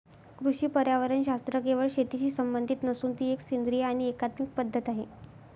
कृषी पर्यावरणशास्त्र केवळ शेतीशी संबंधित नसून ती एक सेंद्रिय आणि एकात्मिक पद्धत आहे